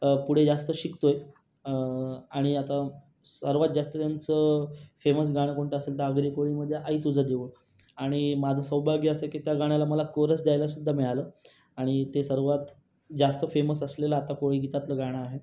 पुढे जास्त शिकतो आहे आणि आता सर्वात जास्ती त्यांचं फेमस गाणं कोणतं असेल तर आगरी कोळीमध्ये आई तुझं देऊळ आणि माझं सौभाग्य असं की त्या गाण्याला मला कोरस द्यायलासुद्धा मिळालं आणि ते सर्वात जास्त फेमस असलेलं आता कोळी गीतातलं गाणं आहे